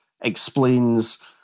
explains